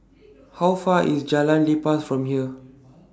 How Far IS Jalan Lepas from here